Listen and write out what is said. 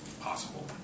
possible